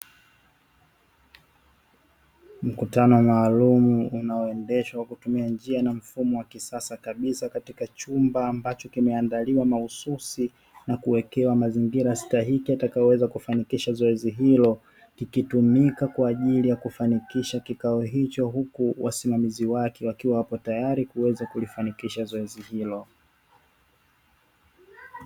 Mkutano maalumu unaoendeshwa kwa kutumia njia na mfumo wa kisasa kabisa, katika chumba ambacho kimeandaliwa mahususi na kuwekewa mazingira stahiki yatakayoweza kufanikisha zoezi hilo, kikitumika kwa ajili ya kufanikisha kikao hicho, huku wasimamizi wake wakiwa tayari kuweza kulifanikisha zoezi hilo.